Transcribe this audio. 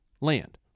land